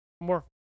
More